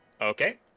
Okay